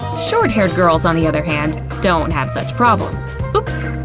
short-haired girls on the other hand, don't have such problems. oops!